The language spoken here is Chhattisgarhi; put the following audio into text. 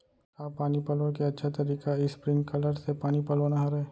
का पानी पलोय के अच्छा तरीका स्प्रिंगकलर से पानी पलोना हरय?